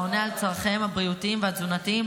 העונה על צורכיהם הבריאותיים והתזונתיים,